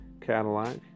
cadillac